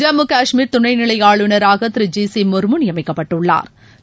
ஜம்மு காஷ்மீர் துணைநிலை ஆளுநராக திரு ஜி சி முர்மு நியமிக்கப்பட்டுள்ளாா்